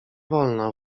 wolno